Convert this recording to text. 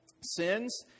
sins